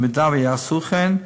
אם יעשו כן,